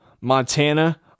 Montana